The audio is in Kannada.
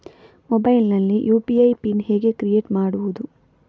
ಮೊಬೈಲ್ ನಲ್ಲಿ ಯು.ಪಿ.ಐ ಪಿನ್ ಹೇಗೆ ಕ್ರಿಯೇಟ್ ಮಾಡುವುದು?